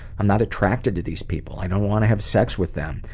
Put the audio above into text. i'm not attracted to these people, i don't wanna have sex with them,